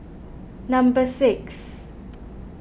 number six